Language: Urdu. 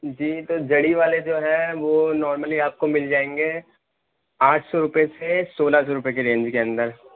جی تو جڑی والے جو ہیں وہ نارملی آپ کو مل جائیں گے آٹھ سو روپیے سے سولہ سو روپیے کے رینج کے اندر